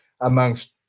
amongst